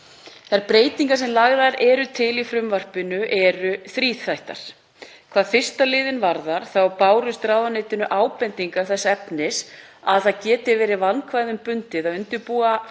Þær breytingar sem lagðar eru til í frumvarpinu eru þríþættar. Hvað 1. lið varðar þá bárust ráðuneytinu ábendingar þess efnis að það geti verið vandkvæðum bundið að undirbúa fund